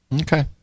Okay